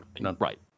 Right